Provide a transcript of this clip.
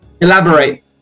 Elaborate